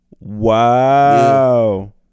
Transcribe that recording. Wow